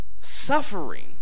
Suffering